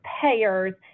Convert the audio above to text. payers